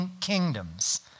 kingdoms